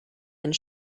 and